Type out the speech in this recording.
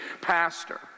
pastor